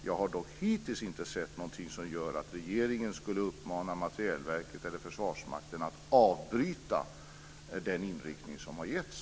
Jag har dock hittills inte sett någonting som gör att regeringen skulle uppmana Materielverket eller Försvarsmakten att avbryta den inriktning som har givits.